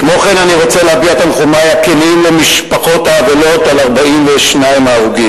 כמו כן אני רוצה להביע תנחומי הכנים למשפחות האבלות על 42 ההרוגים.